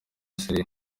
siriya